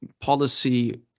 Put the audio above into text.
policy